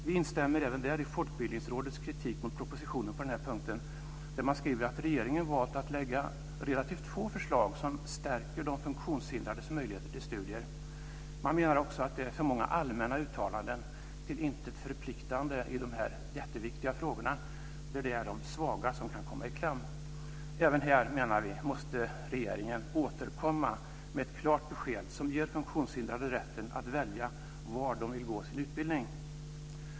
Vi instämmer även där i Folkbildningsrådets kritik mot propositionen på den här punkten, där man skriver att regeringen valt att lägga fram relativt få förslag som stärker de funktionshindrades möjligheter till studier. Man menar också att det är för många allmänna uttalanden till intet förpliktande i dessa jätteviktiga frågorna, där det är de svaga som kan komma i kläm. Även här menar vi att regeringen måste återkomma med ett klart besked som ger funktionshindrade rätten att välja var de vill bedriva sin utbildning.